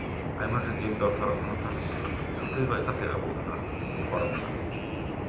ᱟᱭᱢᱟ ᱰᱷᱮᱨ ᱡᱤᱞ ᱫᱚᱨᱠᱟᱨᱚᱜ ᱠᱟᱱᱟ ᱛᱟᱦᱞᱮ ᱥᱩᱠᱨᱤ ᱜᱚᱡ ᱠᱟᱛᱮᱫ ᱟᱵᱚ ᱚᱱᱟᱵᱚ ᱯᱟᱨᱚᱢᱫᱟ